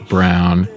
Brown